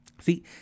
See